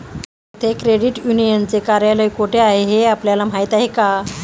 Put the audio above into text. येथे क्रेडिट युनियनचे कार्यालय कोठे आहे हे आपल्याला माहित आहे का?